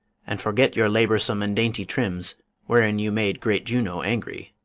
and forget your laboursome and dainty trims wherein you made great juno angry.